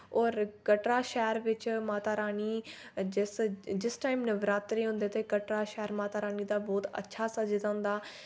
और कटरा शैह्र बिच माता रानी जिस जिस टाइम नवरात्रे होंदे ते कटरा शैह्र माता रानी दा बहुत अच्छा सज्जे दा होंदा